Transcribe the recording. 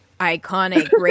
Iconic